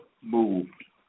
moved